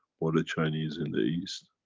or the chinese in east.